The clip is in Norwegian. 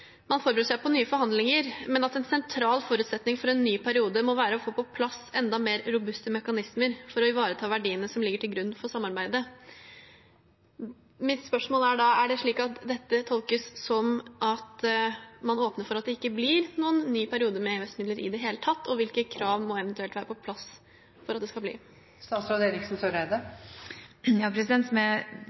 man forbereder seg på nye forhandlinger, men at en sentral forutsetning for en ny periode må være å få på plass enda mer robuste mekanismer for å ivareta verdiene som ligger til grunn for samarbeidet. Mitt spørsmål er da: Er det slik at dette tolkes som at man åpner for at det ikke blir noen ny periode med EØS-midler i det hele tatt, og hvilke krav må eventuelt være på plass for at det skal bli